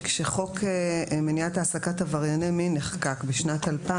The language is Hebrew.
שכשחוק מניעת העסקת עברייני מין נחקק בשנת 2000,